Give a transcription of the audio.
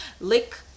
lick